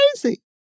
crazy